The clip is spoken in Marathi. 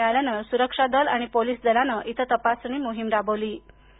खबर मिळल्यानं सुरक्षा दल आणि पोलीसदलानं इथं तपासणी मोहीम राबवली कु